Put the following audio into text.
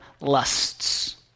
lusts